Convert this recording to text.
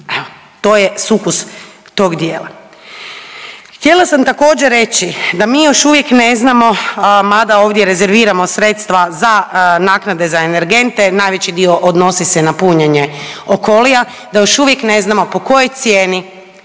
to je sukus toga. Htjela sam također reći da mi još uvijek ne znamo mada ovdje rezerviramo sredstva za naknade za energente, najveći dio odnosi se na punjenje Okolija, da još uvijek ne znamo po kojoj cijeni